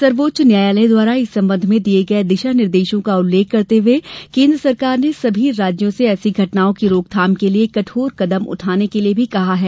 सर्वोच्च न्यायालय द्वारा इस संबंध में दिये गये दिशा निर्देशों का उल्लेख करते हुए केन्द्र सरकार ने सभी राज्यों से ऐसी घटनाओं की रोकथाम के लिये कठोर कदम उठाने के लिये भी कहा है